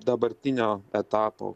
dabartinio etapo